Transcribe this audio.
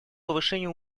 повышению